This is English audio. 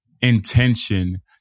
intention